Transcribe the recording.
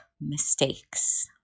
mistakes